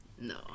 no